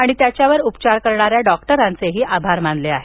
त्यानं त्याच्यावर उपचार करणाऱ्या डॉक्टरांचेही आभार मानले आहेत